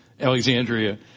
Alexandria